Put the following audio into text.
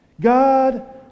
God